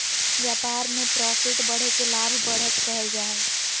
व्यापार में प्रॉफिट बढ़े के लाभ, बढ़त कहल जा हइ